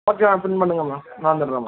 okay attend பண்ணுங்கள் ma'am நான் வந்துடுறேன் மேம்